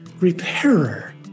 repairer